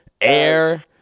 air